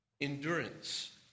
endurance